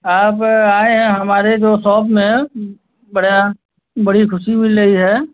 आप आए हैं हमारे जो सॉप में बढ़िया बड़ी खुशी मिल रही है